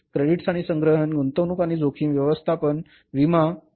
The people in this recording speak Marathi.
क्रेडिट्स आणि संग्रहण गुंतवणूक आणि जोखीम व्यवस्थापन हे विमा इ